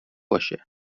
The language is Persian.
باشه